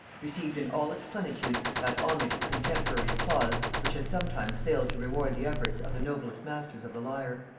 received in all its plenitude that homage of contemporary applause which has sometimes failed to reward the efforts of the noblest masters of the lyre.